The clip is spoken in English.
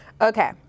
Okay